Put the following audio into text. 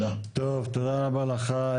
טוב, תודה רבה לך.